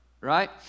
Right